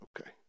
Okay